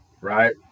right